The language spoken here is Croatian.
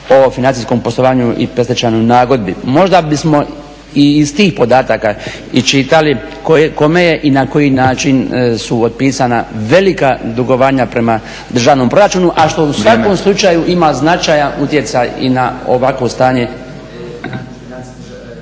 o financijskom poslovanju i predstečajnoj nagodbi. Možda bismo i iz tih podataka iščitali kome je i na koji način su otpisana velika dugovanja prema državnom proračunu a što u svakom slučaju ima značajan utjecaj i na ovakvo stanje.